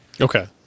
Okay